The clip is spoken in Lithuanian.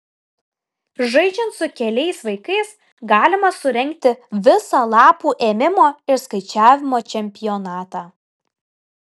žaidžiant su keliais vaikais galima surengti visą lapų ėmimo ir skaičiavimo čempionatą